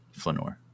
Flanor